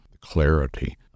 clarity